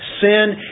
sin